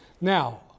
Now